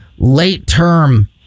Late-term